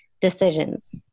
decisions